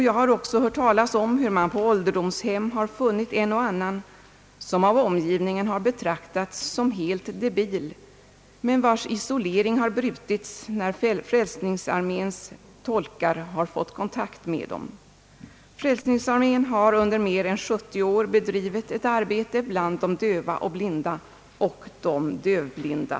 — Jag har också hört talas om hur man på ålderdomshem har funnit en och annan som av omgivningen har betraktats som helt debil men vars isolering har brutits när frälsningsarméns tolkar har fått kontakt med dem. Frälsningsarmén har under mer än 70 år bedrivit ett arbete bland de döva och blinda och bland de dövblinda.